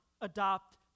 adopt